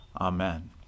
Amen